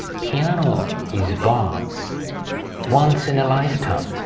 piano is bought once in a lifetime,